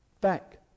back